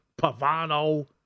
Pavano